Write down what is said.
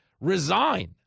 resign